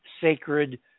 sacred